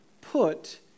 put